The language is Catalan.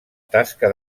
tasca